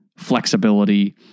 flexibility